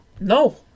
No